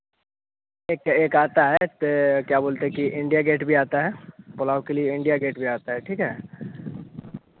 एक एक आता है के क्या बोलते है कि इंडिया गेट भी आता है पुलाव के लिए इंडिया गेट भी आता है ठीक है